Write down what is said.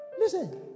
listen